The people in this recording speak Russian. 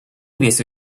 весь